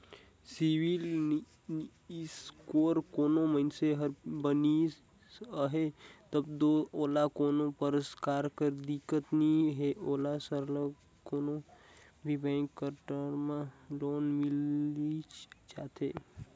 CIBIL score कोनो मइनसे कर बनिस अहे तब दो ओला कोनो परकार कर दिक्कत नी हे ओला सरलग कोनो भी बेंक कर टर्म लोन मिलिच जाथे